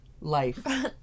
life